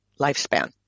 lifespan